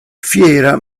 fiera